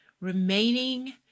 remaining